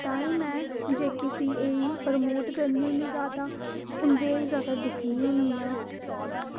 तां गै में जे के सी ई गी प्रमोट करनी होन्नी जादै उं'दे गैजादै दिक्खनी होन्नी आं